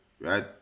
right